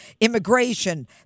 immigration